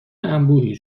انبوهی